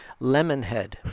Lemonhead